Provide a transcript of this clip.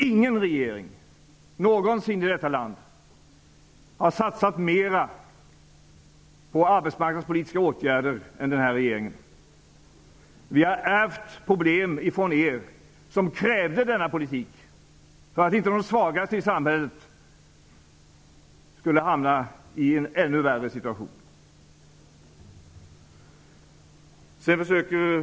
Ingen regering någonsin i detta land har satsat mera på arbetsmarknadspolitiska åtgärder än den här regeringen. Vi har ärvt problem från er som krävde denna politik för att de svagaste i samhället inte skulle hamna i en ännu värre situation.